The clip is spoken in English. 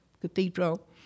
Cathedral